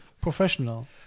professional